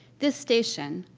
this station,